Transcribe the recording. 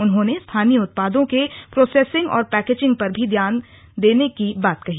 उन्होंने स्थानीय उत्पादों के प्रोसेसिंग और पैकेजिंग पर भी ध्यान दिये जाने की बात कही